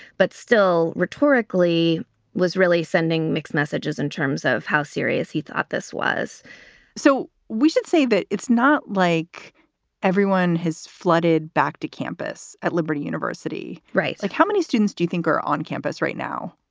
but still rhetorically was really sending mixed messages in terms of how serious he thought this was so we should say that it's not like everyone has flooded back to campus at liberty university. right. like how many students do you think are on campus right now?